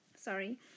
sorry